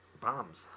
Bombs